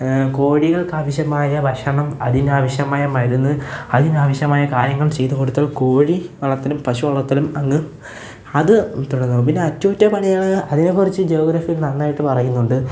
കോഴികൾക്കാവശ്യമായ ഭക്ഷണം അതിനാവശ്യമായ മരുന്ന് അതിനാവശ്യമായ കാര്യങ്ങൾ ചെയ്തു കൊടുത്താൽ കോഴി വളർത്തലും പശു വളർത്തലും അങ്ങ് അത് തുടർന്നുപോകും പിന്നെ അറ്റകുറ്റ പണികള് അതിനെ കുറിച്ച് ജോഗ്രഫിയിൽ നന്നായിട്ട് പറയുന്നുണ്ട്